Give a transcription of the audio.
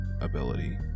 ability